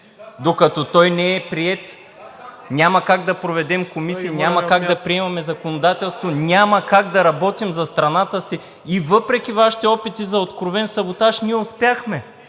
Докато той не е приет, няма как да проведем комисии, няма как да приемаме законодателство, няма как да работим за страната си. И въпреки Вашите опити за откровен саботаж ние успяхме